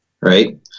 right